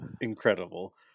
incredible